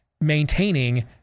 maintaining